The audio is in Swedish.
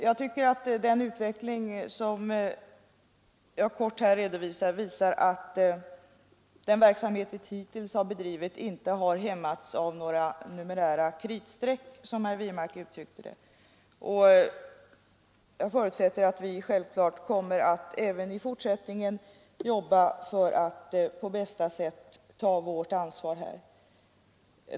Jag tycker att den utveckling som jag helt kort skisserat visar att den verksamhet vi hittills bedrivit inte har hämmats av några numerära kritstreck, som herr Wirmark uttryckte det. Jag förutsätter att vi även i fortsättningen kommer att jobba för att på bästa sätt ta vårt ansvar.